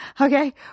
Okay